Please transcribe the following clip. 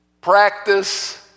practice